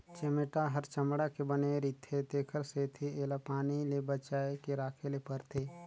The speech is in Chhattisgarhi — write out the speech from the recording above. चमेटा ह चमड़ा के बने रिथे तेखर सेती एला पानी ले बचाए के राखे ले परथे